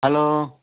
hello